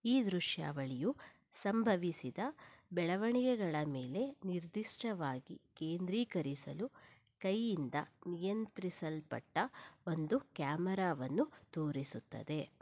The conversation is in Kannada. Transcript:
ಈ ದೃಶ್ಯಾವಳಿಯು ಸಂಭವಿಸಿದ ಬೆಳವಣಿಗೆಗಳ ಮೇಲೆ ನಿರ್ದಿಷ್ಟವಾಗಿ ಕೇಂದ್ರೀಕರಿಸಲು ಕೈಯಿಂದ ನಿಯಂತ್ರಿಸಲ್ಪಟ್ಟ ಒಂದು ಕ್ಯಾಮರಾವನ್ನು ತೋರಿಸುತ್ತದೆ